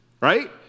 Right